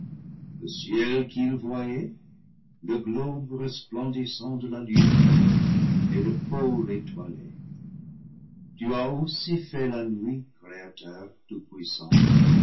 voyaient le globe resplendissant de la lune et le pôle étoilé tu as aussi fait la nuit créateur